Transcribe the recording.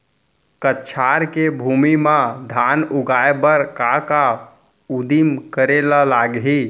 कछार के भूमि मा धान उगाए बर का का उदिम करे ला लागही?